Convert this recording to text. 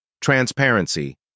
transparency